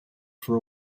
for